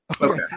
Okay